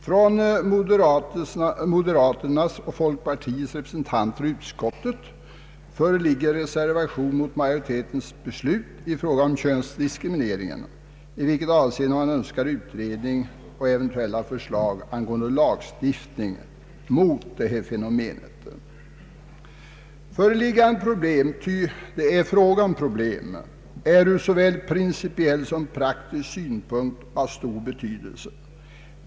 Från moderaternas och folkpartiets representanter i utskottet föreligger reservation mot majoritetens beslut i fråga om könsdiskriminering, i vilket avseende man önskar utredning och eventuellt förslag till lagstiftning mot det här fenomenet. Föreliggande problem — ty det är fråga om problem — är ur såväl principiell som praktisk synpunkt av stor be tydelse.